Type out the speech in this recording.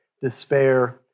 despair